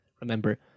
Remember